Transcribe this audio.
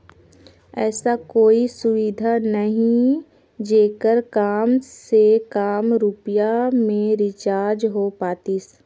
ऐसा कोई सुविधा नहीं जेकर मे काम से काम रुपिया मे रिचार्ज हो पातीस?